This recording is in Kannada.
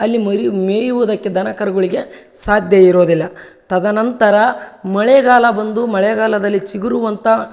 ಅಲ್ಲಿ ಮರಿ ಮೇಯುವುದಕ್ಕೆ ದನ ಕರುಗಳಿಗೆ ಸಾಧ್ಯ ಇರೋದಿಲ್ಲ ತದನಂತರ ಮಳೆಗಾಲ ಬಂದು ಮಳೆಗಾಲದಲ್ಲಿ ಚಿಗುರುವಂಥ